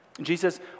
Jesus